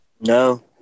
No